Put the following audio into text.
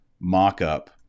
mock-up